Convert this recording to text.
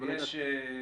אבל הייתה תשובה.